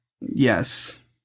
Yes